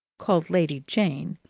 called lady jane,